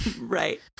right